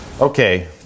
Okay